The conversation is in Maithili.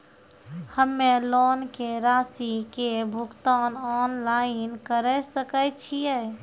हम्मे लोन के रासि के भुगतान ऑनलाइन करे सकय छियै?